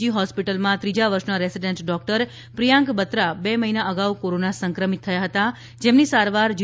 જી હોસ્પિટલમાં ત્રીજા વર્ષના રેસીડન્ટ ડોકટર પ્રિયાંક બત્રા બે મહિના અગાઉ કોરોના સંક્રમિત થયા હતા જેમની સારવાર જી